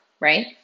right